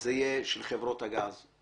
זה יהיה של חברות הגז.